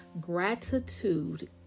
Gratitude